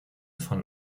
von